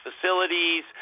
facilities